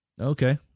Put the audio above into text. Okay